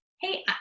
hey